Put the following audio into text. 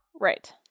Right